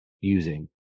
using